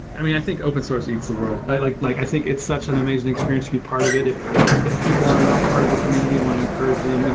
i mean, i think open-source eats the world. i like like i think it's such an amazing experience to be part of it. if if people are not part of the community, i want to encourage them. you know